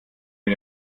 mit